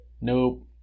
nope